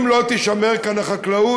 אם לא תישמר כאן החקלאות,